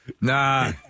Nah